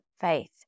faith